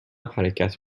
حرکت